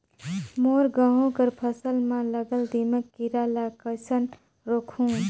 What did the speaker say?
मोर गहूं कर फसल म लगल दीमक कीरा ला कइसन रोकहू?